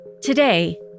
Today